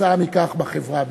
וכתוצאה מכך, בחברה בישראל.